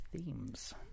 themes